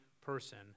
person